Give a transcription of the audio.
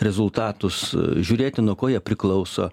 rezultatus žiūrėti nuo ko jie priklauso